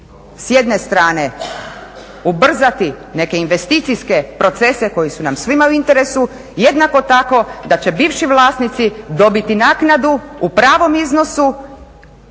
s jedne strane ubrzati neke investicijske procese koji su nam svima u interesu, jednako tako da će bivši vlasnici dobiti naknadu u pravom iznosu,